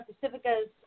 Pacifica's